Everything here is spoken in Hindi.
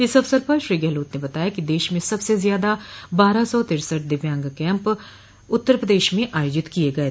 इस अवसर पर श्री गहलोत ने बताया कि देश में सबसे ज्यादा बारह सौ तिरसठ दिव्यांग कैम्प उत्तर प्रदेश में आयोजित किये गये